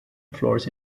floors